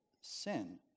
sin